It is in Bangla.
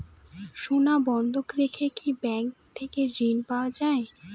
সোনা বন্ধক রেখে কি ব্যাংক থেকে ঋণ পাওয়া য়ায়?